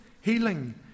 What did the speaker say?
healing